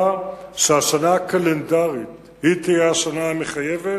שהשנה הקלנדרית היא תהיה השנה המחייבת.